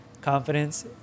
confidence